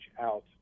out